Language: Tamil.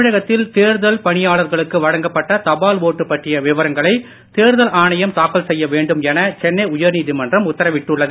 தமிழகத்தில் தேர்தல் பணியாளர்களுக்கு வழங்கப்பட்ட தபால் ஓட்டு பற்றிய விவரங்களை தேர்தல் ஆணையம் தாக்கல் செய்ய வேண்டும் என சென்னை உயர்நீதிமன்றம் உத்தரவிட்டுள்ளது